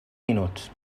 minuts